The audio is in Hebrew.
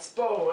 מצפור,